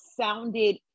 sounded